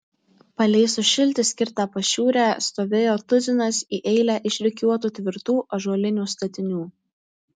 palei sušilti skirtą pašiūrę stovėjo tuzinas į eilę išrikiuotų tvirtų ąžuolinių statinių